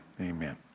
Amen